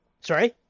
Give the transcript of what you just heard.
Sorry